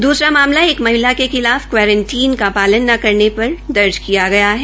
दूसरा मामला एक महिला के खिलाफ कवारनटीन का पालन ने करने पर दर्ज किया गया है